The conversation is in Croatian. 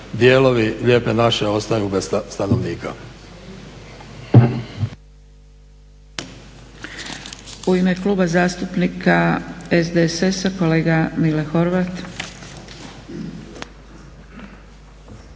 dijelovi Lijepe naše ostaju bez stanovnika.